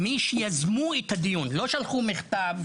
מי שיזמו את הדיון לא אלה ששלחו את המכתב,